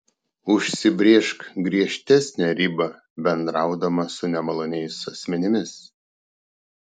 užsibrėžk griežtesnę ribą bendraudama su nemaloniais asmenimis